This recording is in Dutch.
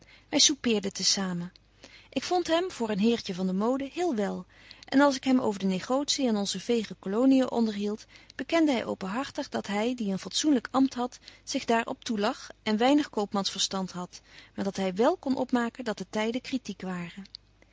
wy soupeerden te samen ik vond hem voor een heertje van de mode heel wel en als ik hem over de negotie en onze veege colonien onderhield bekende hy openhartig dat hy die een fatsoenlyk ampt hadt zich daar op toe lag en weinig koopmansverstand hadt maar dat hy wél kon opmaken dat de tyden critiek waren